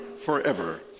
forever